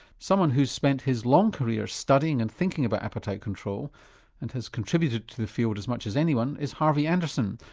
someone who's spent his long career studying and thinking about appetite control and has contributed to the field as much as anyone is harvey anderson,